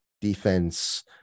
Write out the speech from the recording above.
defense